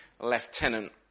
lieutenant